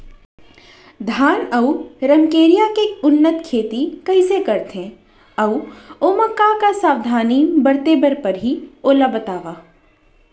धान अऊ रमकेरिया के उन्नत खेती कइसे करथे अऊ ओमा का का सावधानी बरते बर परहि ओला बतावव?